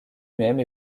même